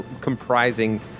comprising